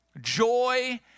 joy